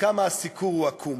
וכמה הסיקור הוא עקום.